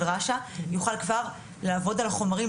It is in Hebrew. של רש"א יוכל כבר לעבוד על החומרים,